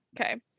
Okay